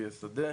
יהיה שדה.